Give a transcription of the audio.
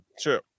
True